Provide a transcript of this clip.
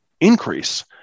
increase